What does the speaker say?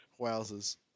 Wowzers